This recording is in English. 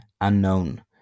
unknown